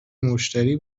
مشتری